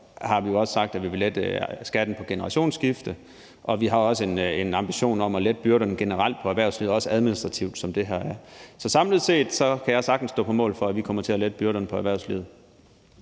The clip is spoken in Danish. har vi også sagt, at vi vil lette skatten på generationsskifte, og vi har også en ambition om at generelt at lette byrderne for erhvervslivet, også administrativt, som det her er. Så samlet set kan jeg sagtens stå på mål for, at vi kommer til at lette byrderne for erhvervslivet.